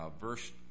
verse